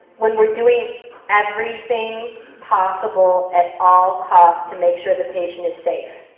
when we're doing everything possible at all costs to make sure the patient is safe.